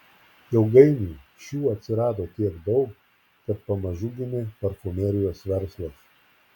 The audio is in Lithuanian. ilgainiui šių atsirado tiek daug kad pamažu gimė parfumerijos verslas